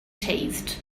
taste